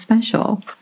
special